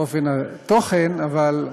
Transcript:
לא בגלל התוכן, אבל,